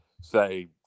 say